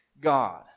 God